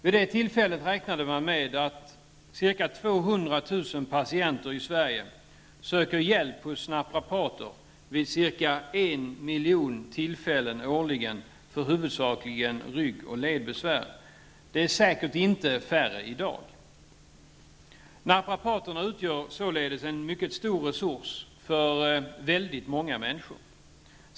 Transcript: Vid det tillfället räknade man med att ca 200 000 patienter i Sverige söker hjälp hos naprapater vid ca en miljon tillfällen årligen, huvudsakligen för ryggoch ledbesvär. Det är säkert inte färre i dag. Naprapater utgör således en mycket stor resurs för många människor.